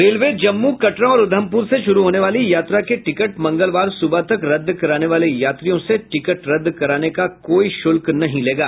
railway Jammu Katra और उधमपुर से शुरू होने वाली यात्रा के टिकट मगलवार सुबह तक रद्द कराने वाले यात्रियों से टिकट रद्द कराने का कोई शुल्क नहीं लेगा